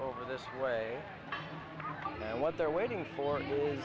over this way what they're waiting for you